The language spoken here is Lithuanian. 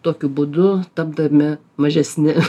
tokiu būdu tapdami mažesni